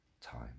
time